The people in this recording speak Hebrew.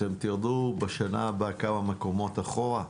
האם תרדו בשנה הבאה כמה מקומות אחורה?